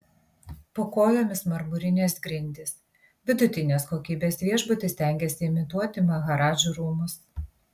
po kojomis marmurinės grindys vidutinės kokybės viešbutis stengiasi imituoti maharadžų rūmus